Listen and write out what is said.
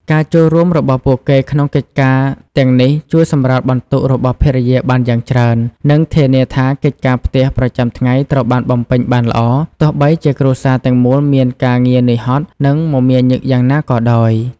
ការចូលរួមរបស់ពួកគេក្នុងកិច្ចការទាំងនេះជួយសម្រាលបន្ទុករបស់ភរិយាបានយ៉ាងច្រើន និងធានាថាកិច្ចការផ្ទះប្រចាំថ្ងៃត្រូវបានបំពេញបានល្អ ទោះបីជាគ្រួសារទាំងមូលមានការងារនឿយហត់ និងមមាញឹកយ៉ាងណាក៏ដោយ។